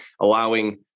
allowing